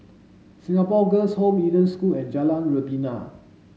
Singapore Girls' Home Eden School and Jalan Rebana